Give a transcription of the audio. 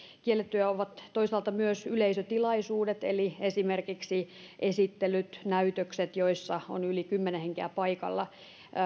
kiellettyjä ovat toisaalta myös yleisötilaisuudet eli esimerkiksi esittelyt ja näytökset joissa on yli kymmenen henkeä paikalla